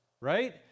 right